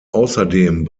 außerdem